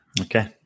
okay